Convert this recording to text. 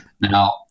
Now